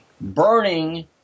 burning